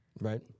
Right